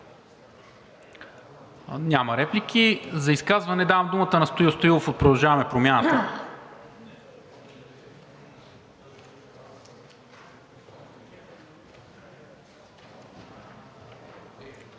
Няма. За изказване давам думата на Стоил Стоилов от „Продължаваме Промяната“.